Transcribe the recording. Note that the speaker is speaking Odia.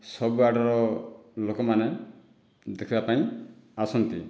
ସବୁଆଡ଼ର ଲୋକମାନେ ଦେଖିବା ପାଇଁ ଆସନ୍ତି